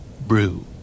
Brew